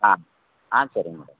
ஆ ஆ சரிங்க மேடம்